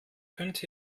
könnt